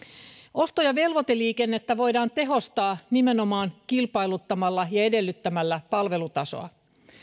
osto ja velvoiteliikennettä voidaan tehostaa nimenomaan kilpailuttamalla ja edellyttämällä palvelutasoa